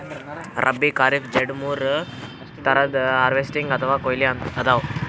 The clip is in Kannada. ರಬ್ಬೀ, ಖರೀಫ್, ಝೆಡ್ ಮೂರ್ ಥರದ್ ಹಾರ್ವೆಸ್ಟಿಂಗ್ ಅಥವಾ ಕೊಯ್ಲಿ ಅದಾವ